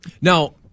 Now